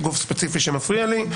גוף ספציפי שמפריע לי.